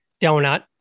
donut